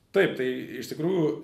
taip tai iš tikrųjų